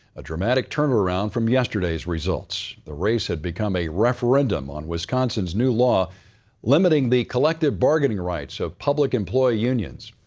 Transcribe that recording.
a dramatic turnaround from yesterday's results. the race had become a referendum on wisconsin's new law limiting the collective bargaining rights of public employee unions.